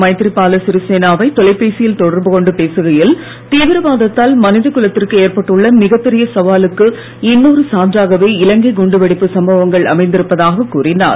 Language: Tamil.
மைத்ரிபால சிறிசேனா வை தொலைபேசியில் தொடர்புகொண்டு பேசுகையில் தீவிரவாதத்தால் மனிதகுலத்திற்கு ஏற்பட்டுள்ள மிகப்பெரிய சவாலுக்கு இன்னொரு சான்றாகவே இலங்கை குண்டுவெடிப்பு சம்பவங்கள் அமைந்திருப்பதாகக் கூறினார்